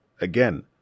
Again